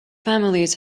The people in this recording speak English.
families